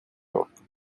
йорком